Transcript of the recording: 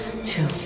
two